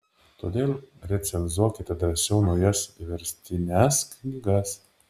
todėl recenzuokite drąsiau naujas verstines knygas